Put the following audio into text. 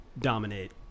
dominate